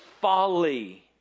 folly